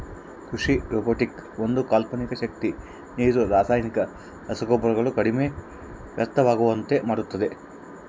ಕೃಷಿ ರೊಬೊಟಿಕ್ಸ್ ಒಂದು ಕಲ್ಪನೆ ಶಕ್ತಿ ನೀರು ರಾಸಾಯನಿಕ ರಸಗೊಬ್ಬರಗಳು ಕಡಿಮೆ ವ್ಯರ್ಥವಾಗುವಂತೆ ಮಾಡುತ್ತದೆ